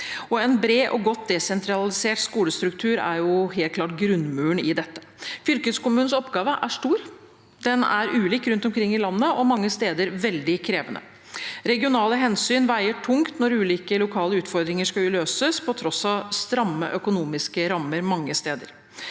En bred og godt desentralisert skolestruktur er helt klart grunnmuren i dette. Fylkeskommunens oppgave er stor. Den er ulik rundt omkring i landet og mange steder veldig krevende. Regionale hensyn veier tungt når ulike lokale utfordringer skal løses på tross av stramme økonomiske rammer mange steder.